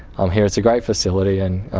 um here it's a great facility and,